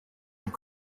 bazi